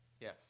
Yes